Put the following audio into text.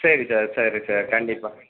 சரி சார் சரி சார் கண்டிப்பாக